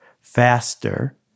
faster